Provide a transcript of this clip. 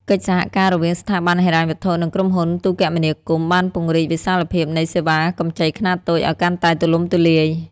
កិច្ចសហការរវាងស្ថាប័នហិរញ្ញវត្ថុ និងក្រុមហ៊ុនទូរគមនាគមន៍ បានពង្រីកវិសាលភាពនៃសេវាកម្ចីខ្នាតតូចឱ្យកាន់តែទូលំទូលាយ។